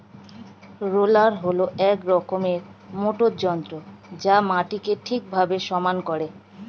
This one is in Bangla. রোলার হল এক রকমের মোটর যন্ত্র যা মাটিকে ঠিকভাবে সমান করে